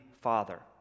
Father